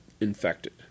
infected